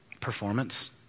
performance